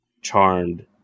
Charmed